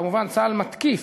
כמובן צה"ל מתקיף,